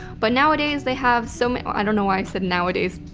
but nowadays they have so many, i don't know why i said nowadays.